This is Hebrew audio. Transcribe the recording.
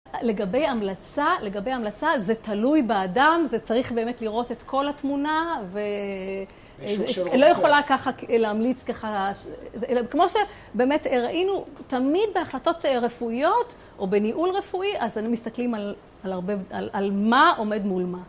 לגבי המלצה, לגבי המלצה, זה תלוי באדם, זה צריך באמת לראות את כל התמונה ולא יכולה ככה להמליץ ככה כמו שבאמת ראינו תמיד בהחלטות רפואיות או בניהול רפואי, אז אנ..מסתכלים על מה עומד מול מה